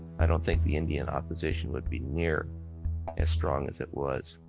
i don't think the indian opposition would be near as strong as it was.